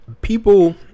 people